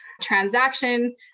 transaction